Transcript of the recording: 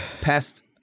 past